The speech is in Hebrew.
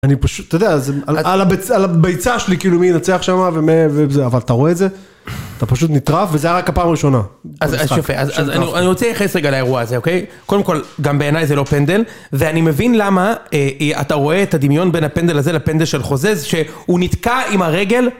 אני פשוט, אתה יודע, על הביצה שלי כאילו מי ינצח שמה, וזה, אבל אתה רואה את זה? אתה פשוט נטרף, וזה היה רק הפעם הראשונה. אז שפה, אז אני רוצה להיחס רגע לאירוע הזה, אוקיי? קודם כל, גם בעיניי זה לא פנדל, ואני מבין למה אתה רואה את הדמיון בין הפנדל הזה לפנדל של חוזז, שהוא נתקע עם הרגל.